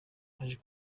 haje